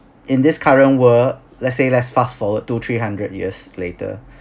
in this current world let's say let's fast forward two three hundred years later